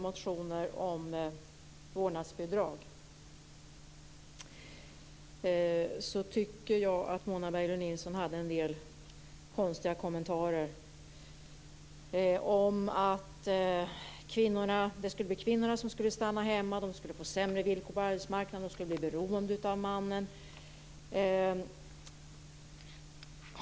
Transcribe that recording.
Mona Berglund Nilsson hade en del konstiga kommentarer till motioner om vårdnadsbidrag, som att det skulle bli kvinnorna som skulle få stanna hemma, de skulle få sämre villkor på arbetsmarknaden, de skulle bli beroende av mannen.